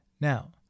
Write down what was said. Now